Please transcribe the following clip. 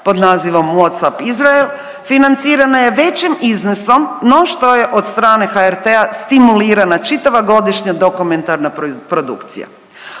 pod nazivom „Wnat's up Israel“ financirana je većim iznosom no što je od strane HRT-a stimulirana čitava godišnja dokumentarna produkcija.